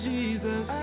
Jesus